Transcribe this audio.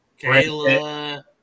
Kayla